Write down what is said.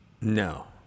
No